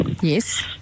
yes